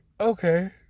okay